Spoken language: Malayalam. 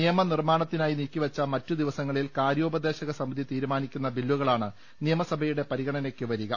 നിയമനിർമ്മാണത്തിനായി നീക്കിവെച്ച മറ്റ് ദിവസങ്ങ ളിൽ കാര്യോപദേശക സമിതി തീരുമാനിക്കുന്ന ബില്ലു കളാണ് നിയമസഭയുടെ പരിഗണനയ്ക്കു വരിക